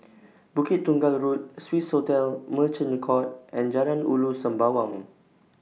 Bukit Tunggal Road Swissotel Merchant Court and Jalan Ulu Sembawang